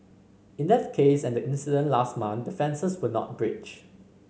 in that case and the incident last month the fences were not breached